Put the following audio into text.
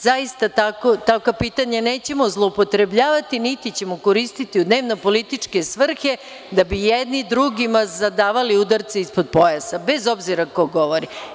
Zaista takva pitanja nećemo zloupotrebljavati, niti ćemo koristiti u dnevno-političke svrhe da bi jedni drugima zadavali udarce ispod pojasa, bez obzira ko govori.